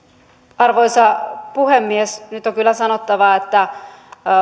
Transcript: arvoisa puhemies nyt on kyllä sanottava että